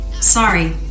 Sorry